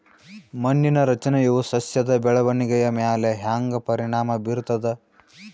ಮಣ್ಣಿನ ರಚನೆಯು ಸಸ್ಯದ ಬೆಳವಣಿಗೆಯ ಮ್ಯಾಲ ಹ್ಯಾಂಗ ಪರಿಣಾಮ ಬೀರ್ತದ?